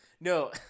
No